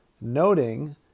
Noting